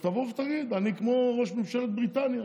אז תבוא ותגיד: אני כמו ראש ממשלת בריטניה,